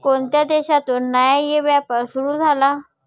कोणत्या देशातून न्याय्य व्यापार सुरू झाला?